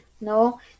No